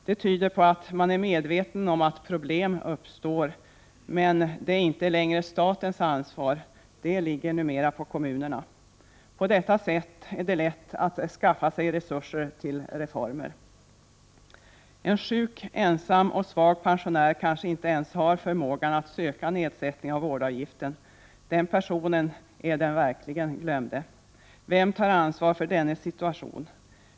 Detta tyder på att man är medveten om att problem uppstår, men det är inte längre statens ansvar: det ligger numera på kommunerna. På detta sätt är det lätt att skaffa sig resurser till reformer! En sjuk, ensam och svag pensionär kanske inte ens har förmågan att söka nedsättning av vårdavgiften. Den personen är den verkligt glömde. Vem tar ansvar för dennes situation?